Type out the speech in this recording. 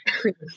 create